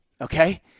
okay